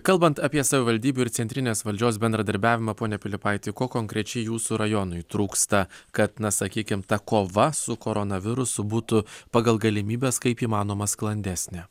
kalbant apie savivaldybių ir centrinės valdžios bendradarbiavimą pone pilypaiti ko konkrečiai jūsų rajonui trūksta kad na sakykim ta kova su koronavirusu būtų pagal galimybes kaip įmanoma sklandesnė